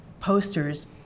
posters